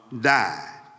died